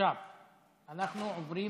עכשיו אנחנו עוברים